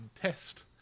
test